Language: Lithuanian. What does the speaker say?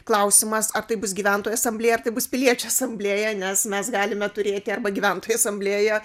klausimas ar tai bus gyventojų asamblėja tai bus piliečių asamblėja nes mes galime turėti arba gyventojų asamblėją